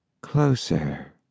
Closer